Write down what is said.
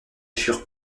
furent